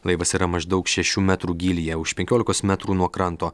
laivas yra maždaug šešių metrų gylyje už penkiolikos metrų nuo kranto